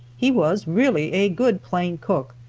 he was really a good plain cook.